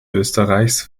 österreichs